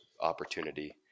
opportunity